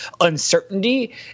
uncertainty